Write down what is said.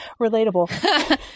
Relatable